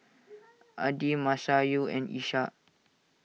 Adi Masayu and Ishak